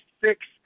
six